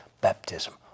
baptism